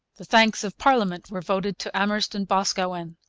the thanks of parliament were voted to amherst and boscawen.